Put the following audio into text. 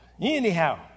Anyhow